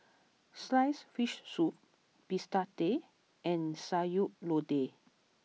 Sliced Fish Soup Bistake and Sayur Lodeh